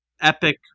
epic